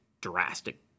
drastic